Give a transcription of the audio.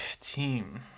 Team